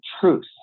truth